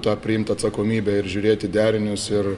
tą priimt atsakomybę ir žiūrėt į derinius ir